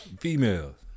females